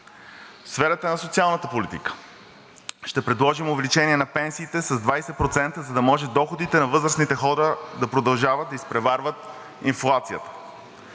В сферата на социалната политика. Ще предложим увеличение на пенсиите с 20%, за да може доходите на възрастните хора да продължават да изпреварват инфлацията.